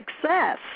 Success